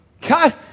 God